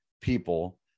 people